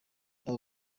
abo